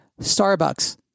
starbucks